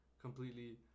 Completely